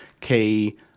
key